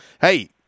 hey